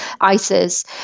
ISIS